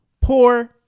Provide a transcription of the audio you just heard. poor